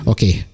Okay